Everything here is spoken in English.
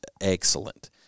excellent